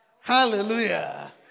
Hallelujah